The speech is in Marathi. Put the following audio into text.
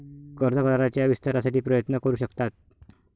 कर्ज कराराच्या विस्तारासाठी प्रयत्न करू शकतात